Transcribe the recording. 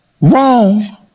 Wrong